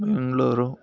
Bengaluru